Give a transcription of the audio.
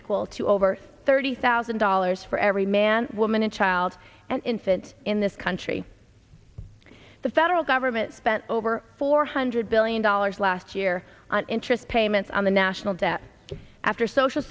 equal to over thirty thousand dollars for every man woman and child and infant in this country the federal government spent over four hundred billion dollars last year on interest payments on the national debt after social